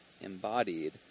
embodied